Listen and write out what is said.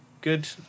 Good